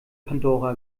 pandora